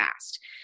fast